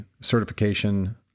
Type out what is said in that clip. certification